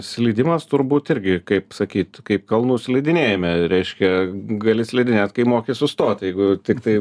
slydimas turbūt irgi kaip sakyt kaip kalnų slidinėjime reiškia gali slidinėt kai moki sustot jeigu tiktai